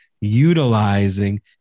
utilizing